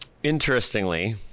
interestingly